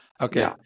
Okay